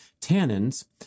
tannins